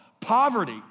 poverty